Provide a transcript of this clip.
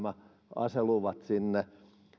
aseluvat sinne